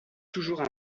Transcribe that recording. toujours